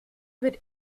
wird